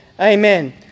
Amen